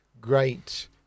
great